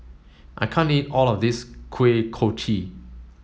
I can't eat all of this Kuih Kochi